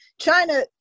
China